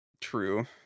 True